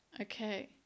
Okay